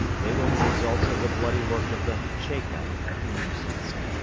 they were the results of the bloody work of the cheka at minnusinsk.